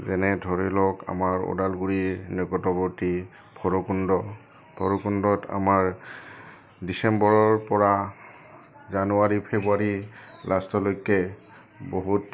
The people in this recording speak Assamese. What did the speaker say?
যেনে ধৰি লওক আমাৰ ওদালগুৰিৰ নিকটৱৰ্তী ভৈৰৱকুণ্ড ভৈৰৱকুণ্ডত আমাৰ ডিচেম্বৰৰপৰা জানুৱাৰী ফেব্ৰুৱাৰী লাষ্টলৈকে বহুত